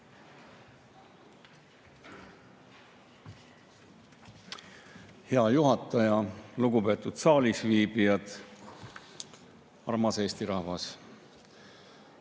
Hea juhataja! Lugupeetud saalisviibijad! Armas Eesti rahvas!